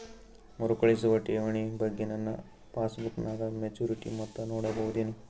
ಮರುಕಳಿಸುವ ಠೇವಣಿ ಬಗ್ಗೆ ನನ್ನ ಪಾಸ್ಬುಕ್ ನಾಗ ಮೆಚ್ಯೂರಿಟಿ ಮೊತ್ತ ನೋಡಬಹುದೆನು?